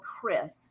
Chris